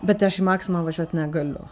bet aš į maximą važiuot negaliu